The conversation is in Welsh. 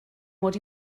mod